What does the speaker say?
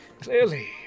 Clearly